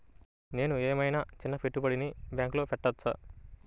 నేను ఏమయినా చిన్న పెట్టుబడిని బ్యాంక్లో పెట్టచ్చా?